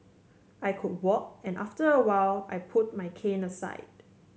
I could walk and after a while I put my cane aside